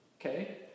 Okay